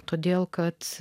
todėl kad